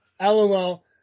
LOL